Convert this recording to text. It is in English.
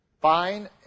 fine